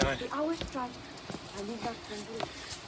the hour strikes, i need not turn to look.